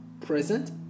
present